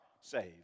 saved